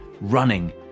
running